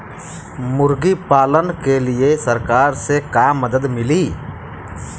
मुर्गी पालन के लीए सरकार से का मदद मिली?